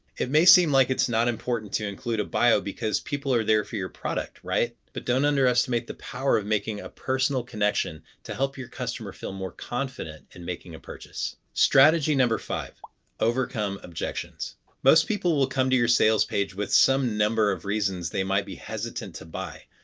it may seem like it's not important to include a bio because people are there for your product, right? but don't underestimate the power of making a personal connection to help your customer feel more confident in making a purchase. strategy number five overcome objections most people will come to your sales page with some number of reasons they might be hesitant to buy.